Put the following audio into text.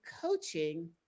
coaching